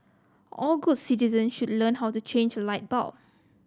all good citizen should learn how to change a light bulb